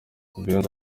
beyonce